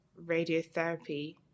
radiotherapy